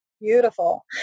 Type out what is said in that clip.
Beautiful